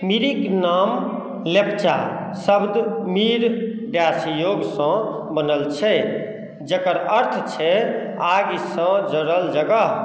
मिरिक नाम लेप्चा शब्द मीर योकसँ बनल छै जकर अर्थ छै आगिसँ जरल जगह